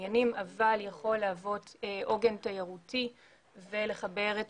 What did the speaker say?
בניינים אבל יכול להוות עוגן תיירותי ולחבר את